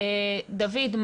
דוד,